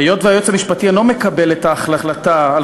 היות שהיועץ המשפטי אינו מקבל את ההחלטה על